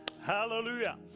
Hallelujah